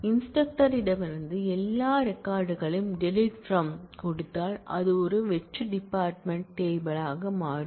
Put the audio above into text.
இன்ஸ்டிரக்டரிடமிருந்து எல்லா ரெக்கார்ட் களையும் DELETE FROM delete from கொடுத்தால் இது ஒரு வெற்று டேபிள் யாக மாறும்